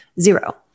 zero